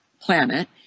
planet